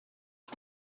sky